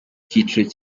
icyiciro